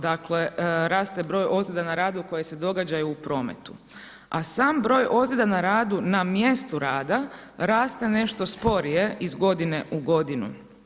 Dakle raste broj ozljeda na radu koje se događaju u prometu a sam broj ozljeda na radu na mjestu rada raste nešto sporije iz godine u godinu.